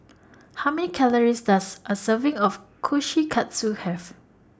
How Many Calories Does A Serving of Kushikatsu Have